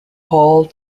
paul